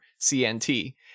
CNT